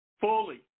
fully